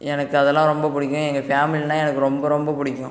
எனக்கு அதெல்லாம் ரொம்ப பிடிக்கும் எங்கள் ஃபேமிலினால் எனக்கு ரொம்ப ரொம்ப பிடிக்கும்